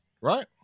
right